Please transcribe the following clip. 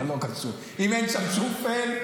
אם אין שם שופל,